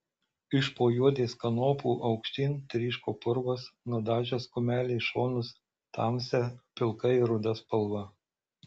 iš po juodės kanopų aukštyn tryško purvas nudažęs kumelės šonus tamsia pilkai ruda spalva